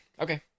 Okay